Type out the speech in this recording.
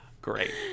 Great